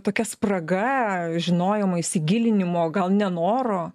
tokia spraga žinojimo įsigilinimo gal nenoro